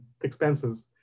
expenses